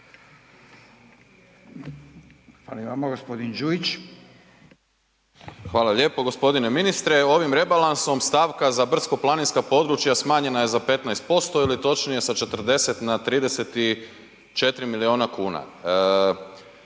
Saša (SDP)** Hvala lijepo. G. ministre, ovim rebalansom stavka za brdsko-planinska područja smanjenja je za 15% ili točnije sa 40 na 34 milijuna kuna.